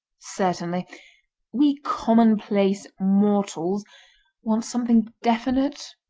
certainly we commonplace mortals want something definite.